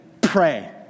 pray